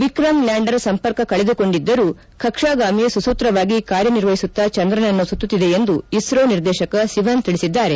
Vikram lander ಸಂಪರ್ಕ ಕಳೆದುಕೊಂಡಿದ್ದರೂ ಕಕ್ಷಾಗಾಮಿ ಸುಸೂತ್ರವಾಗಿ ಕಾರ್ಯನಿರ್ವಹಿಸುತ್ತಾ ಚಂದ್ರನನ್ನು ಸುತ್ತುತ್ತಿದೆ ಎಂದು ಇಸ್ರೋ ನಿರ್ದೇಶಕ ಸಿವನ್ ತಿಳಿಸಿದ್ದಾರೆ